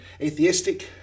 atheistic